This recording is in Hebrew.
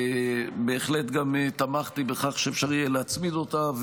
בהחלט גם תמכתי בכך שאפשר יהיה להצמיד אותה.